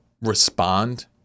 respond